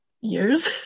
years